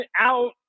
out